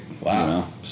wow